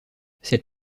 cette